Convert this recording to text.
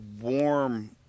warm